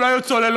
ולא היו צוללות,